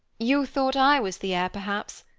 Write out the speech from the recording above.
you thought i was the heir, perhaps.